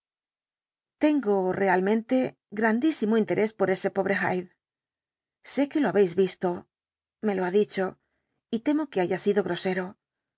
tengo realmente grandísimo interés por ese pobre hyde sé que lo habéis visto me lo ha dicho y temo que haya sido grosero